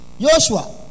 Joshua